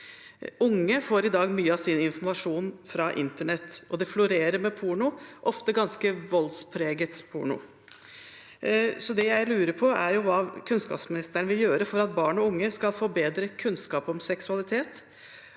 Unge får i dag mye av sin informasjon fra internett, og det florerer med porno, ofte ganske voldspreget porno. Det jeg lurer på, er hva kunnskapsministeren vil gjøre for at barn og unge skal få bedre kunnskap om seksualitet